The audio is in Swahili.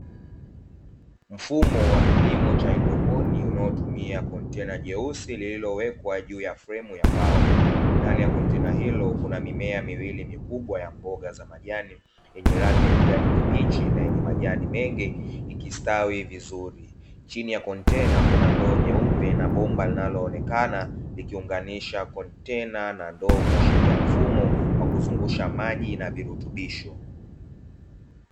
Mfumo wa kilimo cha haidroponi unaotumia kontena jeusi lililowekwa juu ya fremu ya mbao, ndani ya kontena hilo kuna mimea miwili mikubwa ya mboga za majani yenye rangi ya kijani kibichi na yenye majani mengi ikistawi vizuri, chini ya kontena kuna ndo nyeupe na bomba linaloonekana likiunganishwa kontena na ndoo, kuashiria mfumo wa kuzungusha maji na virutubisho.